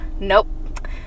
nope